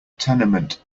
tenement